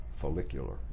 follicular